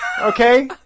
Okay